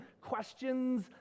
questions